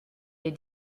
des